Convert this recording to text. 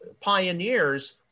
pioneers